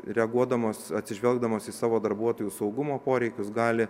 reaguodamos atsižvelgdamos į savo darbuotojų saugumo poreikius gali